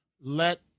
Let